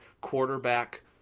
quarterback